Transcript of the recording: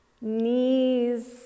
knees